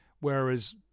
whereas